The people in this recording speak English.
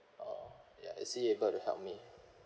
or ya is he able to help me